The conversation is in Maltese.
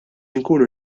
inkunu